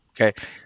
okay